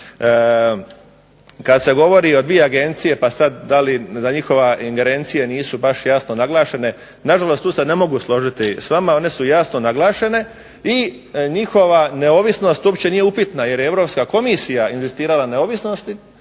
Kad se govori o dvije agencije pa sad da njihove ingerencije nisu baš jasno naglašene, nažalost tu se ne mogu složiti s vama, one su jasno naglašene i njihova neovisnost uopće nije upitna jer je Europska komisija inzistirala na neovisnosti